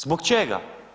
Zbog čega?